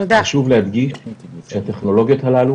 חשוב להדגיש שהטכנולוגיות הללו,